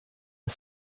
are